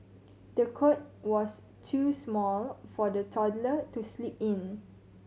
the cot was too small for the toddler to sleep in